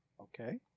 Okay